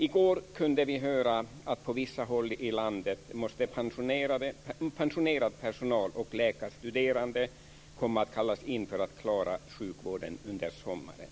I går kunde vi höra att på vissa håll i landet kommer pensionerad personal och läkarstuderande att kallas in för att klara sjukvården under sommaren.